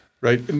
Right